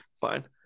Fine